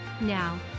Now